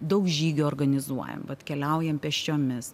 daug žygių organizuojam vat keliaujam pėsčiomis